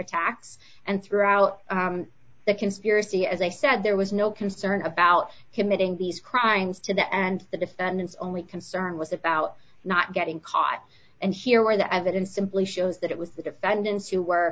attacks and threw out the conspiracy as i said there was no concern about committing these crimes to the end the defendant's only concern was about not getting caught and here where the evidence simply shows that it was the defendants w